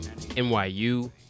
NYU